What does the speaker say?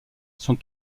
sont